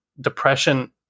depression